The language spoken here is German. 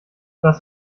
was